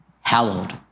hallowed